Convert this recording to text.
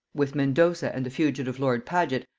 with mendoca and the fugitive lord paget,